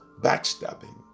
Backstabbing